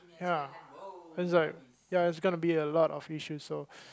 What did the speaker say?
ya then is like ya is gonna be a lot of issues so